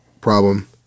Problem